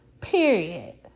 Period